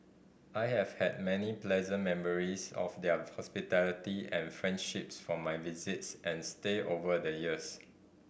I have had many pleasant memories of their hospitality and friendships from my visits and stay over the years